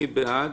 מי בעד?